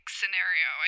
scenario